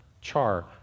Char